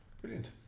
brilliant